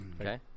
Okay